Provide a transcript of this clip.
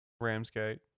Ramsgate